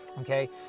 okay